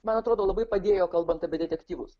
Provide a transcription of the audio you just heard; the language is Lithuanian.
man atrodo labai padėjo kalbant apie detektyvus